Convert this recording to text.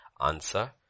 Answer